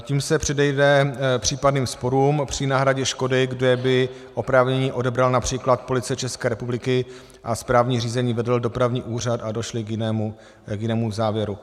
Tím se předejde případným sporům při náhradě škody, kde by oprávnění odebrala například Policie České republiky a správní řízení vedl dopravní úřad a došly k jinému závěru.